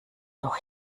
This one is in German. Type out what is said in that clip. noch